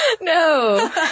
No